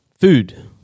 food